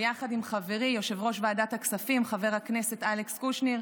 ויחד עם חברי יושב-ראש ועדת הכספים חבר הכנסת אלכס קושניר,